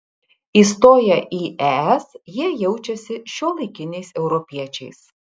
įstoję į es jie jaučiasi šiuolaikiniais europiečiais